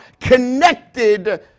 connected